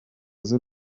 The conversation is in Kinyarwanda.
z’u